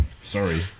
Sorry